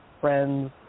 friends